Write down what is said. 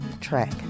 track